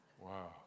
Wow